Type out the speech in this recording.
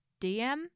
DM